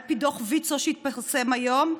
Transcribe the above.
על פי דוח ויצו שהתפרסם היום,